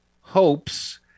hopes